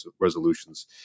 resolutions